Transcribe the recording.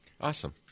Awesome